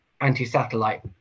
anti-satellite